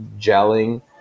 gelling